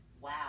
Wow